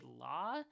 law